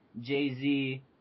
Jay-Z